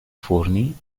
fourni